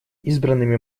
избранными